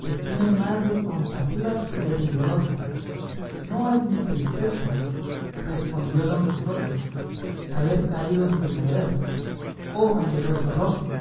que tienen más de compasivas que de rigurosas no es mi tristeza respondió don quijote haber caído en tu poder oh valeroso roque